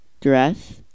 Dress